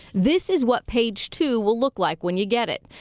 this is what page two will look like when you get it.